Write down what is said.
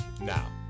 now